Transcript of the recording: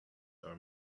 are